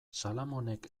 salamonek